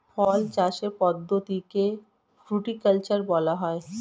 ফল চাষের পদ্ধতিকে ফ্রুটিকালচার বলা হয়